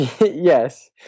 Yes